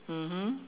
mmhmm